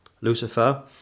Lucifer